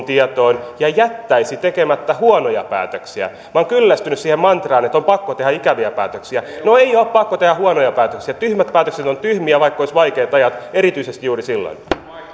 tietoon ja jättäisi tekemättä huonoja päätöksiä minä olen kyllästynyt siihen mantraan että on pakko tehdä ikäviä päätöksiä no ei ole pakko tehdä huonoja päätöksiä tyhmät päätökset ovat tyhmiä vaikka olisi vaikeat ajat ja erityisesti juuri silloin